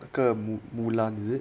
个 mulan is it